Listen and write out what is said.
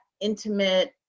intimate